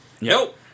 Nope